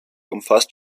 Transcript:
umfasst